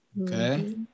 Okay